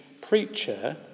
preacher